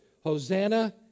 Hosanna